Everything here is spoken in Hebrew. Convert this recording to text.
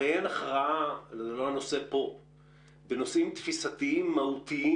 הרי אין הכרעה בנושאים תפיסתיים מהותיים